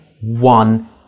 one